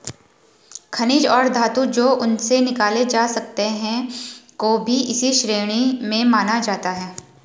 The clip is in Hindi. खनिज और धातु जो उनसे निकाले जा सकते हैं को भी इसी श्रेणी में माना जाता है